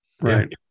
Right